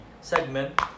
segment